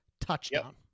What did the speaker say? touchdown